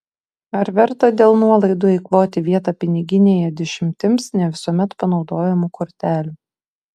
ar verta dėl nuolaidų eikvoti vietą piniginėje dešimtims ne visuomet panaudojamų kortelių